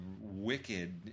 wicked